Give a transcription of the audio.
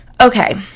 okay